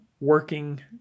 working